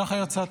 ככה יצאתי.